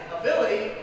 ability